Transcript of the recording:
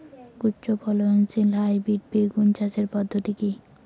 উচ্চ ফলনশীল হাইব্রিড বেগুন চাষের পদ্ধতি কী?